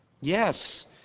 Yes